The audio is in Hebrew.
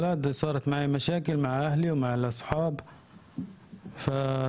קשה, היד שלי הייתה שבורה, רזה,